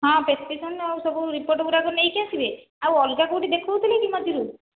ହଁ ପ୍ରେସକ୍ରିପସନ୍ ଆଉ ସବୁ ରିପୋର୍ଟ ଗୁଡ଼ାକ ନେଇକି ଆସିବେ ଆଉ ଅଲଗା କେଉଁଠି ଦେଖାଉଥିଲେ କି ମଝିରେ